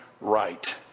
right